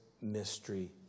mystery